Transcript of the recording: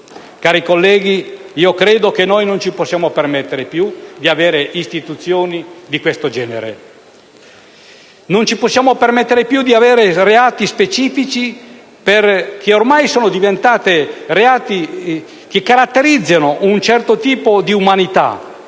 Cari colleghi, credo che non ci possiamo più permettere di avere strutture di questo genere. Non ci possiamo più permettere di avere reati specifici che ormai sono diventati reati che caratterizzano un certo tipo di umanità: